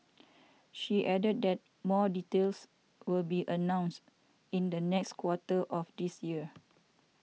she added that more details will be announced in the next quarter of this year